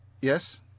yes